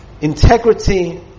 integrity